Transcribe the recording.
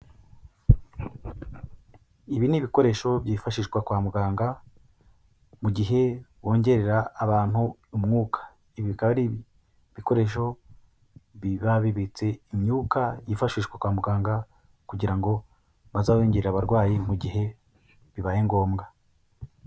Ibi ni ibikoresho byifashishwa kwa muganga mu gihe bongerera abantu umwuka, ibi bikaba ari ibikoresho biba bibitse imyuka yifashishwa kwa muganga kugira ngo bazayongere abarwayi mu gihe bibaye ngombwa.